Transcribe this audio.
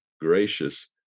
Gracious